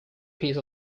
piece